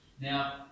Now